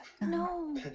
No